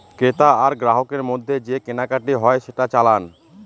ক্রেতা আর গ্রাহকের মধ্যে যে কেনাকাটি হয় সেটা চালান